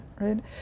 right